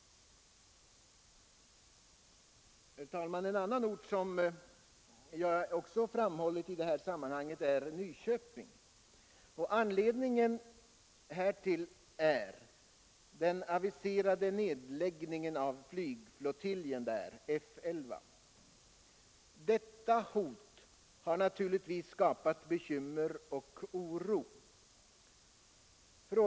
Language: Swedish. En annan ort som jag även framhållit i det här sammanhanget är 2 MN. Nyköping. Anledningen härtill är den aviserade nedläggningen av flygflottiljen — F 11. Detta hot har naturligtvis skapat bekymmer och oro.